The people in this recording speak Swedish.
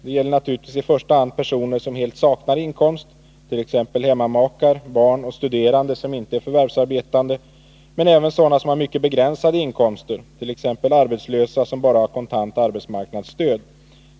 Det gäller naturligtvis i första hand personer som helt saknar inkomst, t.ex. hemmamakar, barn och studerande som inte är förvärvsarbetande, men även sådana som har mycket begränsade inkomster, t.ex. arbetslösa som bara har kontant arbetsmarknadsstöd.